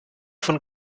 von